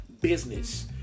Business